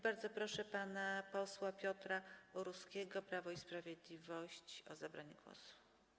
Bardzo proszę pana posła Piotra Uruskiego, Prawo i Sprawiedliwość, o zabranie głosu.